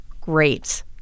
great